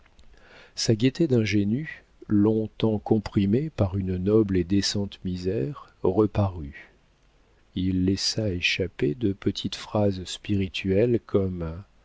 sa gaieté d'ingénu long-temps comprimée par une noble et décente misère reparut il laissa échapper de petites phrases spirituelles comme